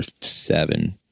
seven